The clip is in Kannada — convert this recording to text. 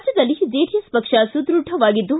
ರಾಜ್ಞದಲ್ಲಿ ಜೆಡಿಎಸ್ ಪಕ್ಷ ಸುದ್ಭಢವಾಗಿದ್ದು